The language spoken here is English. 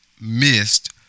missed